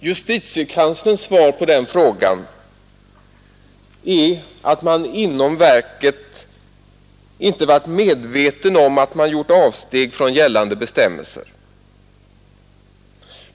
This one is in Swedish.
JK:s svar på den frågan är att man inom verken inte varit medveten om att man gjort avsteg från gällande bestämmelser.